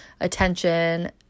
attention